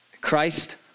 Christ